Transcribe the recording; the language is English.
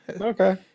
Okay